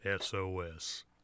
SOS